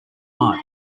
mud